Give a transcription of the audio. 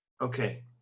Okay